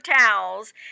towels